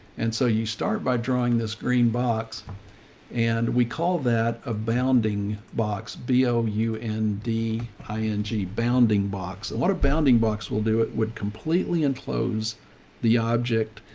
and so you start by drawing this green box and we call that a bounding box, b o u n d i n g bounding box. a lot of bounding box will do it would completely enclose the object,